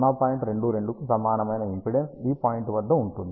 22 కు సమానమైన ఇంపిడెన్స్ ఈ పాయింట్ వద్ద ఉంటుంది